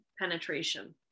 penetration